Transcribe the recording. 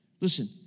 listen